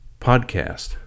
podcast